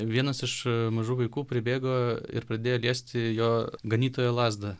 vienas iš mažų vaikų pribėgo ir pradėjo liesti jo ganytojo lazdą